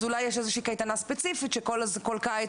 אולי יש איזה קייטנה ספציפית שכל קיץ